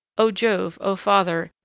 oh jove! o father!